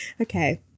Okay